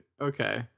Okay